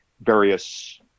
various